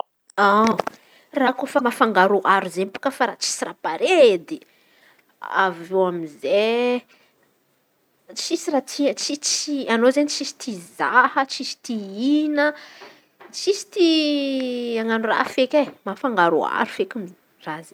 Raha kôfa nafangaroharo zay bôaka raha efa tsy sambare edy. Avy eo amizay tsisy raha tia anaô izen̈y tsisy tia raha tsisy te hihin̈a tsisy ti anan̈o raha feky e mafangaroharo feky raha in̈y.